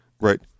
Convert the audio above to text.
right